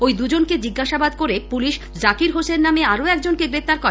ওই দুজনকে জিজ্ঞাসাবাদ করে পুলিশ জাকির হোসেন নামে আরও একজনকে গ্রেপ্তার করে